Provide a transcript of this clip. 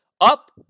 up